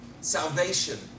salvation